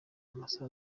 amasaha